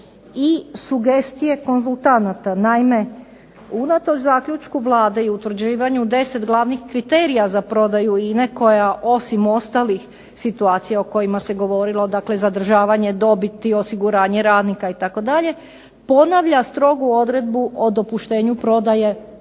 i sugestije konzultanata. Naime, unatoč zaključku Vlade i utvrđivanju 10 glavnih kriterija za prodaju INA-e koja osim ostalih situacija o kojima se govorilo, dakle zadržavanje dobiti, osiguranje radnika itd., ponavlja strogu odredbu o dopuštenju prodaje 25%